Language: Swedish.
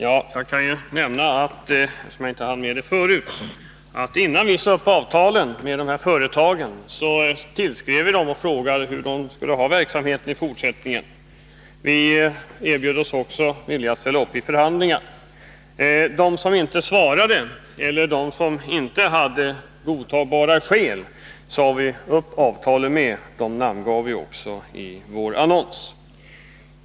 Herr talman! Jag kan nämna, att innan vi sade upp avtalen med dessa företag, tillskrev vi dem och frågade hur de skulle ha verksamheten i fortsättningen. Vi erbjöd oss också att ställa upp i förhandlingar. De som inte svarade eller som inte hade godtagbara skäl sade vi upp avtalen med och namngav i vår annons.